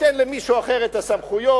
ניתן למישהו אחר את הסמכויות,